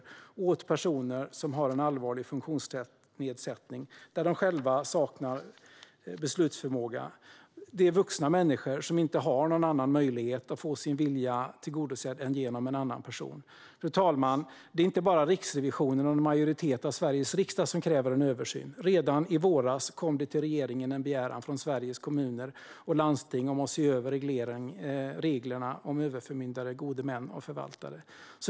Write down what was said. Uppdraget utförs för personer som har en allvarlig funktionsnedsättning och själva saknar beslutsförmåga. Dessa personer är vuxna människor som inte har någon annan möjlighet att få sin vilja tillgodosedd än genom en annan person. Fru talman! Det är inte bara Riksrevisionen och en majoritet av Sveriges riksdag som kräver en översyn. Redan i våras kom det till regeringen en begäran från Sveriges Kommuner och Landsting om att se över reglerna för överförmyndare, gode män och förvaltare.